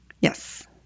Yes